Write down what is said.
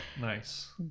Nice